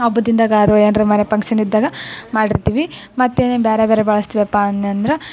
ಹಬ್ಬದ್ ದಿನದಾಗ ಅದು ಏನರ ಮನೆ ಪಂಕ್ಷನ್ ಇದ್ದಾಗ ಮಾಡಿರ್ತೀವಿ ಮತ್ತೇನೇನು ಬೇರೆ ಬೇರೆ ಬಳಸ್ತೀವಪ್ಪಾ ಅಂದೆನಂದ್ರ